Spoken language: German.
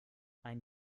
ein